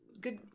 good